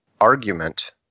argument